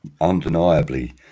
undeniably